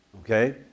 Okay